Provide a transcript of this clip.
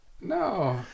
No